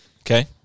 Okay